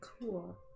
Cool